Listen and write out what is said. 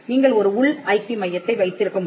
நீங்கள் ஒரு உள் ஐபி மையத்தை வைத்திருக்க முடியும்